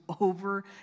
over